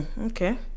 Okay